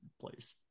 place